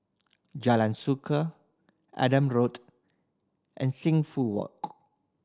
Jalan Suka Adam Road and Sing Foo Walk